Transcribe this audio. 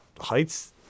Heights